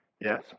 Yes